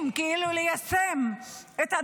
נשירה סמויה.